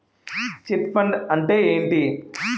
Chit fund అంటే ఏంటి?